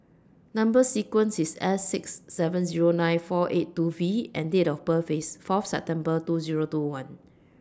Number sequence IS S six seven Zero nine four eight two V and Date of birth IS four of September two Zero two one